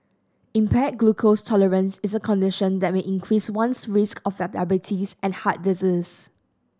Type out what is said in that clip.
impaired glucose tolerance is a condition that may increase one's risk of diabetes and heart disease